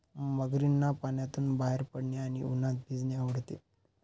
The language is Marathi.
मगरींना पाण्यातून बाहेर पडणे आणि उन्हात भिजणे आवडते